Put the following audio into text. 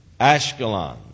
Ashkelon